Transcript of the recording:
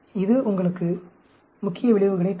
இது உங்களுக்கு முக்கிய விளைவுகளைத் தரும்